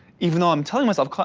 even though i'm telling myself,